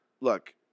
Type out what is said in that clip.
look